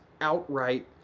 outright